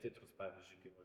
titrus pavyzdžiui kai va